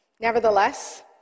Nevertheless